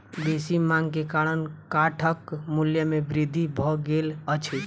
बेसी मांग के कारण काठक मूल्य में वृद्धि भ गेल अछि